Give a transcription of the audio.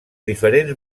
diferents